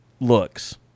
looks